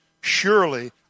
Surely